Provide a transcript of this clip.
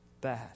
bad